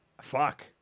fuck